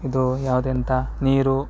ಇದು ಯಾವುದೆಂಥ ನೀರು